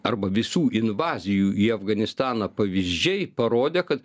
arba visų invazijų į afganistaną pavyzdžiai parodė kad